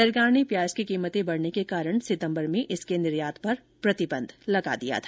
सरकार ने प्याज की कीमतें बढ़ने के कारण सितम्बर में इसके निर्यात पर प्रतिबंध लगा दिया था